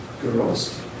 Girls